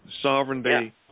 Sovereignty